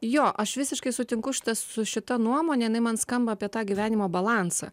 jo aš visiškai sutinku su šita nuomone jinai man skamba apie tą gyvenimo balansą